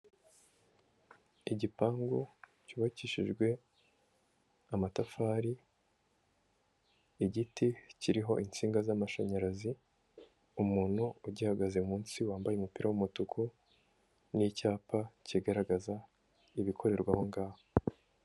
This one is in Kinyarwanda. Igipangu cyubakishijwe amatafari, igiti kiriho insinga z'amashanyarazi, umuntu ugihagaze munsi wambaye umupira w'umutuku, n'icyapa kigaragaza ibikorerwaho aho ngaho.